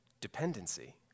dependency